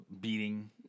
beating